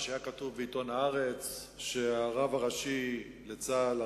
שהיה כתוב בעיתון "הארץ" שהרב הראשי לצה"ל,